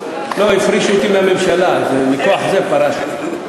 לא, הפרישו אותי מהממשלה, אז מכוח זה פרשתי.